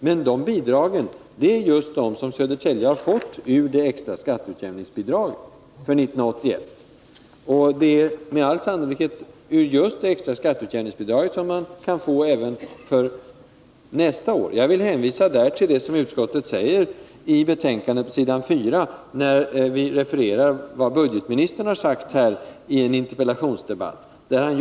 Dessa bidrag är just dem som Södertälje kommun fått ur anslaget för extra skatteutjämningsbidrag för 1981. Och det är med all sannolikhet just från anslaget för extra skatteutjämningsbidrag som Södertälje kan få stöd även nästa år. Jag vill här hänvisa till s. 4 i utskottsbetänkandet, där utskottet refererar vad budgetministern har sagt i en interpellationsdebatt i denna fråga.